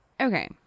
Okay